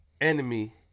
enemy